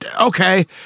okay